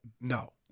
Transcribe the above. No